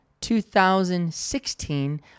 2016